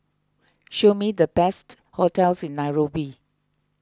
show me the best hotels in Nairobi